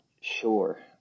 sure